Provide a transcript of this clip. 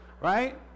right